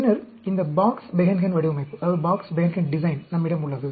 பின்னர் இந்த box Behnken வடிவமைப்பு நம்மிடம் உள்ளது